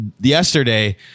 yesterday